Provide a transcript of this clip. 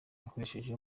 yakoresheje